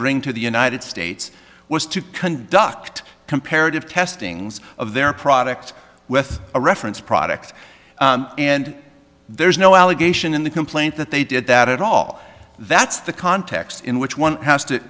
bring to the united states was to conduct comparative testings of their product with a reference product and there is no allegation in the complaint that they did that at all that's the context in which one has to